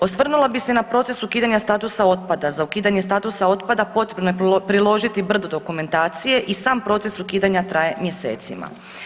Osvrnula bih se na proces ukidanja statusa otpada, za ukidanje statusa otpada potrebno je priložiti brdo dokumentacije i sam proces ukidanja traje mjesecima.